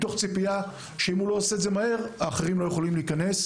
מתוך ציפייה שאם הוא לא עושה את זה מהר האחרים לא יכולים להיכנס.